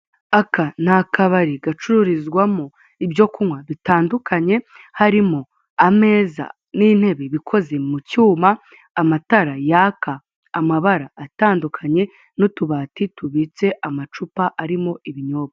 Aka ni akabari gacururizwamo ibyo kunywa bitandukanye, harimo ameza n'intebe bikoze mu cyuma, amatara yaka amabara atandukanye n'utubati tubitse amacupa arimo ibinyobwa.